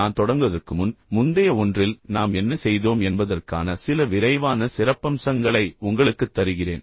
நான் தொடங்குவதற்கு முன் முந்தைய ஒன்றில் நாம் என்ன செய்தோம் என்பதற்கான சில விரைவான சிறப்பம்சங்களை உங்களுக்குத் தருகிறேன்